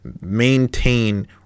maintain